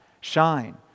shine